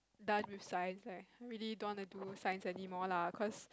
done with science like I really don't want to do science anymore lah cause